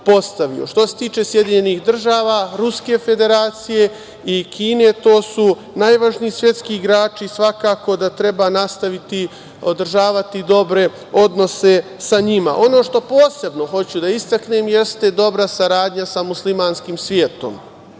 se tiče SAD, Ruske Federacije i Kine, to su najvažniji svetski igrači i svakako da treba nastaviti održavati dobre odnose sa njima. Ono što posebno hoću da istaknem jeste dobra saradnja sa muslimanskim svetom.